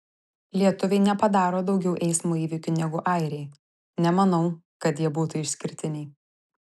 lietuviai nepadaro daugiau eismo įvykių negu airiai nemanau kad jie būtų išskirtiniai